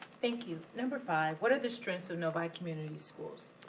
thank you. number five. what are the strengths of novi community schools?